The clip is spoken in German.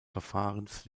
verfahrens